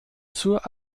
zur